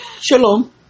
shalom